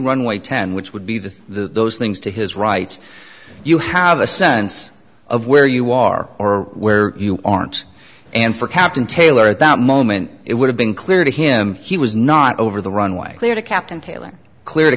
runway ten which would be the those things to his right you have a sense of where you are or where you aren't and for captain taylor at that moment it would have been clear to him he was not over the runway clear the captain tailing clear t